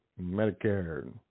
Medicare